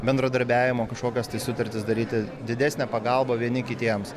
bendradarbiavimo kažkokias tai sutartis daryti didesnę pagalbą vieni kitiems